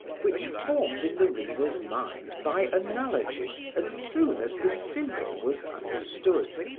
which formed in the reader's mind by analogy as soon as the symbol was understood.